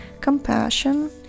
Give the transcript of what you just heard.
Compassion